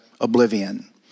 oblivion